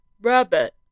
Rabbit